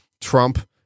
Trump